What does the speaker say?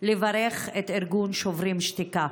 לברך את ארגון שוברים שתיקה.